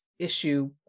issue